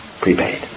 Prepaid